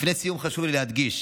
לפני סיום חשוב לי להדגיש: